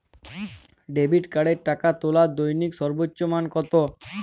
Debit কার্ডে টাকা তোলার দৈনিক সর্বোচ্চ মান কতো?